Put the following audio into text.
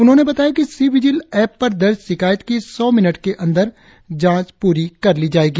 उन्होंने बताया कि सी विजिल ऐप पर दर्ज शिकायत की सौ मिनट के अंदर जांच पूरी कर ली जायेगी